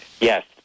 Yes